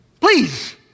Please